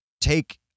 take